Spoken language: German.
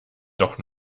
doch